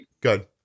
good